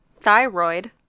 thyroid